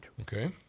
Okay